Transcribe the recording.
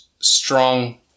strong